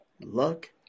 luck